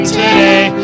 today